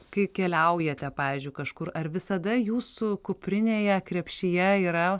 kai keliaujate pavyzdžiui kažkur ar visada jūsų kuprinėje krepšyje yra